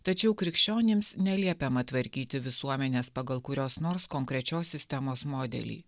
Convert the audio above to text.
tačiau krikščionims neliepiama tvarkyti visuomenės pagal kurios nors konkrečios sistemos modelį